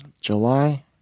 July